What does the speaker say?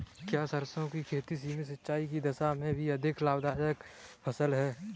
क्या सरसों की खेती सीमित सिंचाई की दशा में भी अधिक लाभदायक फसल है?